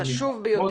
בהחלט, חשוב ביותר.